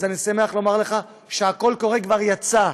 אני שמח להודיע לך שהקול הקורא כבר יצא,